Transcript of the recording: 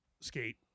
skate